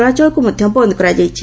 ଚଳାଚଳକୁ ମଧ ବନ୍ଦ କରାଯାଇଛି